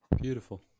beautiful